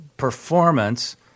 performance